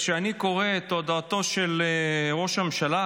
כשאני קורא את הודעתו של ראש הממשלה,